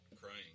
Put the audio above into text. crying